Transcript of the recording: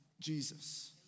Jesus